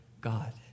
God